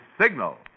Signal